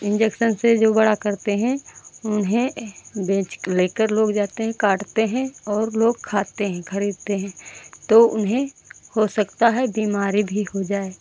injection से जो बड़ा करते हैं उन्हें बेच लेकर लोग जाते हैं काटते हैं और लोग खाते हैं खरीदते हैं तो उन्हें हो सकता है बीमारी भी हो जाए